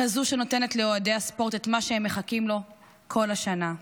כזו שנותנת לאוהדי הספורט את מה שהם מחכים לו כל השנה.